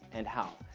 and how.